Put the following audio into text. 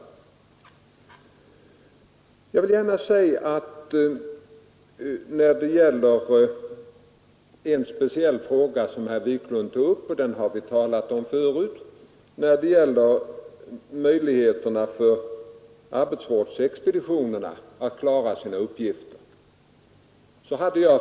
Herr Wiklund tog upp en speciell fråga som vi har talat om förut, nämligen arbetsvårdsexpeditionernas möjligheter att klara sina uppgifter.